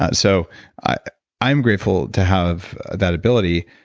but so ah i'm grateful to have that ability,